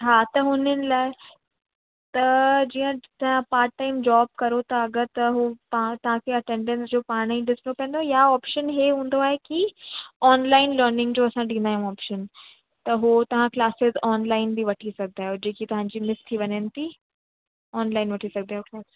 हा हुननि लाइ त जीअं असां या पार्ट टाइम जॉब करो था अगरि त हो पाण तव्हांखे अटेंडंस जो पाण ई ॾिसिणो पवंदव या ऑपशन हे हूंदो आहे की ऑनालाइन लर्निंग जो असां ॾींदा आहियूं ऑपशन त हो तव्हां क्लासिस ऑनलाइन बि वठी सघंदा आहियो जेकी तव्हांजी मिस थी वञेनि थी ऑनलाइन वठी सघंदा आहियो क्लास